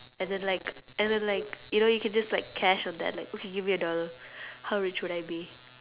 and then like and then like you know you can just like cash on that like okay give me a dollar how rich would I be